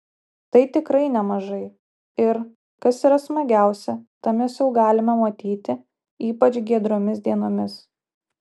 tai tikrai nemažai ir kas yra smagiausia tą mes jau galime matyti ypač giedromis dienomis